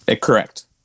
Correct